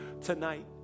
tonight